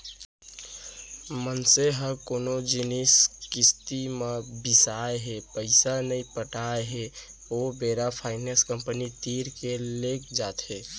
मनसे ह कोनो जिनिस किस्ती म बिसाय हे पइसा नइ पटात हे ओ बेरा फायनेंस कंपनी तीर के लेग जाथे